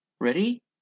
ready